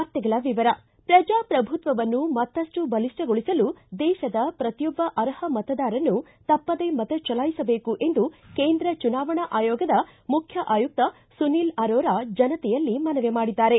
ವಾರ್ತೆಗಳ ವಿವರ ಪ್ರಜಾಪ್ರಭುತ್ವವನ್ನು ಮತ್ತಪ್ಪು ಬಲಿಷ್ಟಗೊಳಿಸಲು ದೇಶದ ಪ್ರತಿಯೊಬ್ಬ ಅರ್ಹ ಮತದಾರನೂ ತಪ್ಪದೇ ಮತ ಚಲಾಯಿಸಬೇಕು ಎಂದು ಕೇಂದ್ರ ಚುನಾವಣಾ ಆಯೋಗದ ಮುಖ್ಯ ಆಯುಕ್ತ ಸುನಿಲ್ ಅರೋರ ಜನತೆಯಲ್ಲಿ ಮನವಿ ಮಾಡಿದ್ದಾರೆ